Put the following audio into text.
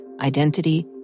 identity